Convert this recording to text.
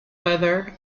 weather